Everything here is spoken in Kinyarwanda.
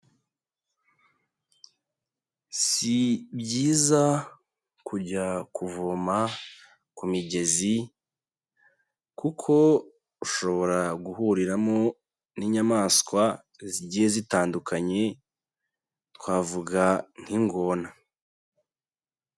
Si byiza kujya kuvoma ku migezi kuko ushobora guhuriramo n'inyamaswa zigiye zitandukanye, twavuga nk'ingona.